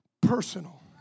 personal